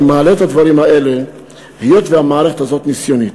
אני מעלה את הדברים האלה היות שהמערכת הזאת ניסיונית,